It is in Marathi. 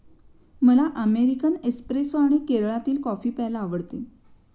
मला अमेरिकन एस्प्रेसो आणि केरळातील कॉफी प्यायला आवडते